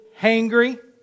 hangry